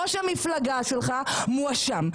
ראש המפלגה שלך, מואשם.